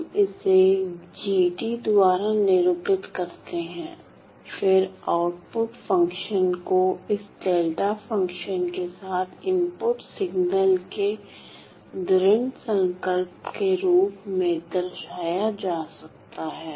हम इसे g द्वारा निरूपित करते हैं फिर आउटपुट फ़ंक्शन को इस डेल्टा फ़ंक्शन के साथ इनपुट सिग्नल के दृढ़ संकल्प के रूप में दर्शाया जा सकता है